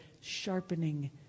sharpening